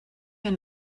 and